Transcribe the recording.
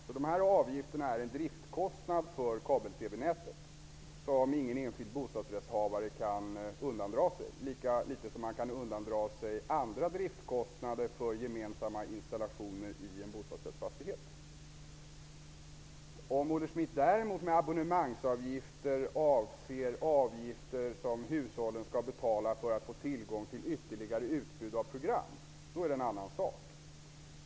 Detta är avgifter för driftskostnad för kabel-TV-nätet som ingen bostadsrättshavare kan undandra sig, lika litet som man kan undandra sig andra driftskostnader för gemensamma installationer i en bostadsrättsfastighet. Om Olle Schmidt med abonnemangsavgifter däremot avser avgifter som hushållen skall betala för att få tillgång till ytterligare utbud av program, så är det en annan sak.